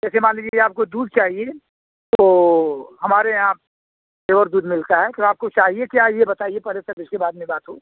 जैसे मान लीजिए आपको दूध चाहिए तो हमारे यहाँ प्योर दूध मिलता है तो आपको चाहिए क्या ये बताइए पहले तब इसके बाद में बात हो